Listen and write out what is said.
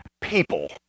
people